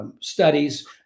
studies